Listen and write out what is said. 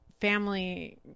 family